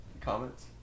comments